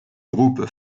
groupe